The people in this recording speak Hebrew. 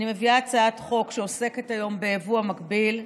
אני מביאה היום הצעת חוק שעוסקת ביבוא המקביל.